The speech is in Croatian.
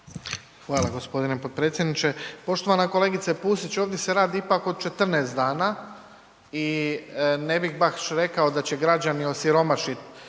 Hvala g. potpredsjedniče. Poštovana kolegice Pusić, ovdje se radi ipak o 14 dana i ne bih baš rekao da će građani osiromašiti